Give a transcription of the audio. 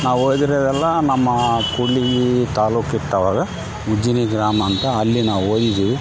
ನಾವು ಓದಿರೋದೆಲ್ಲ ನಮ್ಮ ಕೂಡಲಗಿ ತಾಲ್ಲೂಕು ಇರ್ತದಲ್ಲ ಉಜಿನಿ ಗ್ರಾಮ ಅಂತ ಅಲ್ಲಿ ನಾವು ಓದಿದೀವಿ